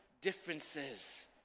differences